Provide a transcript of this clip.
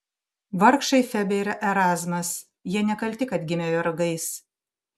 vargšai febė ir erazmas jie nekalti kad gimė vergais